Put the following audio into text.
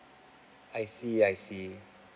I see I see